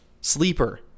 Sleeper